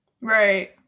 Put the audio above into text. Right